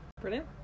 brilliant